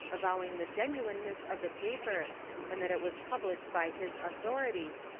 avowing the genuineness of the paper and that it was published by his authority,